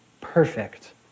perfect